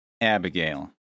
Abigail